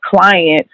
clients